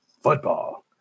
football